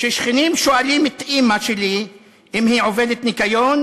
כששכנים שואלים את אימא שלי אם היא עובדת ניקיון,